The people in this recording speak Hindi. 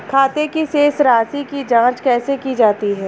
खाते की शेष राशी की जांच कैसे की जाती है?